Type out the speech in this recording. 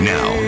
Now